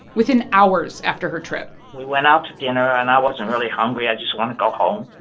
within hours after her trip we went out to dinner, and i wasn't really hungry. i just want to go home.